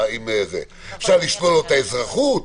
אפשר לשלול לו אזרחות,